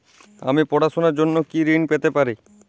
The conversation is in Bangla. আমি পড়াশুনার জন্য কি ঋন পেতে পারি?